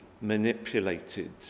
manipulated